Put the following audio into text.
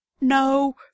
no